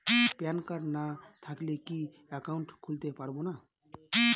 Pan card না থাকলে কি একাউন্ট খুলতে পারবো না?